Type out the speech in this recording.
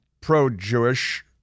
pro-Jewish